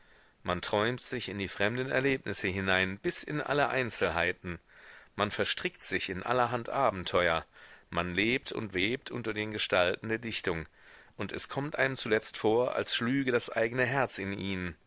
man träumt sich in die fremden erlebnisse hinein bis in alle einzelheiten man verstrickt sich in allerhand abenteuer man lebt und webt unter den gestalten der dichtung und es kommt einem zuletzt vor als schlüge das eigne herz in ihnen